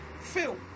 Phil